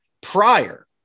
prior